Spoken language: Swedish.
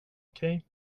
okej